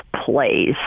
plays